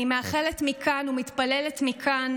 אני מאחלת מכאן ומתפללת מכאן